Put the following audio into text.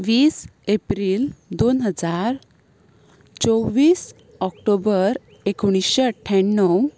वीस एप्रील दोन हजार चोव्वीस ऑक्टोबर एकोणिशे अठ्ठ्याणव